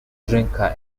drinker